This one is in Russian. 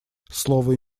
слово